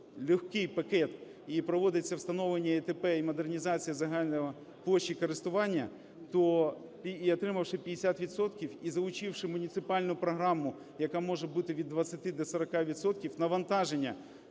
легкий пакет і проводиться встановлення ІТП, і модернізація загальної площі користування, то… і отримавши 50 відсотків і залучивши муніципальну програму, яка може бути від 20 до 40 відсотків,